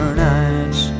nights